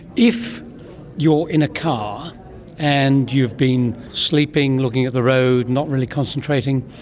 if you are in a car and you've been sleeping, looking at the road, not really concentrating,